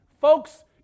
Folks